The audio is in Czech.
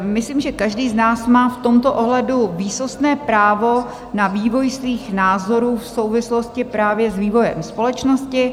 Myslím, že každý z nás má v tomto ohledu výsostné právo na vývoj svých názorů v souvislosti právě s vývojem společnosti.